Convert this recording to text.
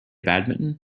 badminton